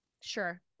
Sure